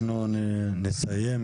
אנחנו נסיים,